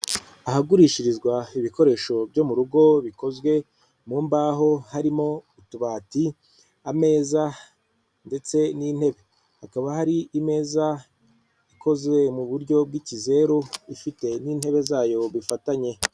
Ahagurishirizwa ibikoresho byo mu rugo bikozwe mu mbaho harimo utubati, ameza ndetse n'intebe. Hakaba hari imeza ikoze mu buryo bw'ikizeru ifite n'intebe zayo bifatanye.